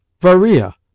Varia